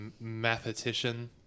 mathematician